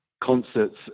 concerts